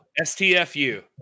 STFU